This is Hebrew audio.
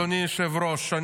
אדוני היושב-ראש,